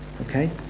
Okay